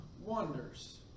wonders